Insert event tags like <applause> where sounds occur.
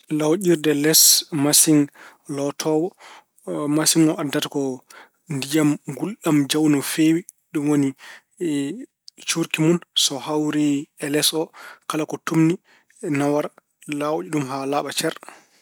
Lawƴirde les masiŋ lotoowo, masiŋ o addata ko ndiyam ngulɗam jaw no feewi. Ɗum woni, <hesitation> cuurki mun so hawri e les o, kala ko tuumni, nawora, lawƴa ɗum haa laaɓa cer.